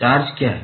charge क्या है